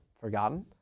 forgotten